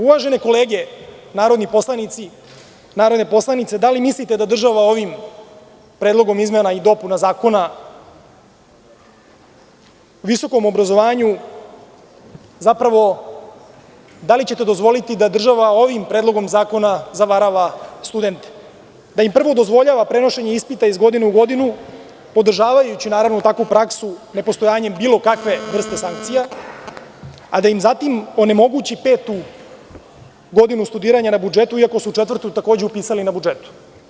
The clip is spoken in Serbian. Uvažene kolege narodni poslanici, da li mislite da država ovim Predlogom zakona i dopunama Zakona o visokom obrazovanju, zapravo, da li ćete dozvoliti da država ovim predlogom zakona zavarava studente, da im prvo dozvoljava prenošenje ispita iz godine u godinu, podržavajući, naravno, takvu praksu nepostojanje bilo kakve vrste sankcije, a da im zatim onemogući petu godinu studiranjana budžetu, iako su četvrtu takođe upisali na budžetu?